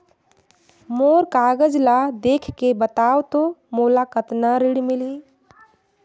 मोर कागज ला देखके बताव तो मोला कतना ऋण मिलही?